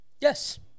yes